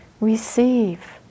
receive